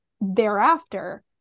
Thereafter